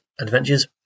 adventures